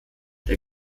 der